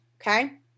Okay